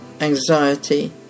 anxiety